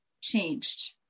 changed